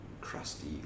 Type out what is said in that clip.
crusty